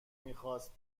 میخواست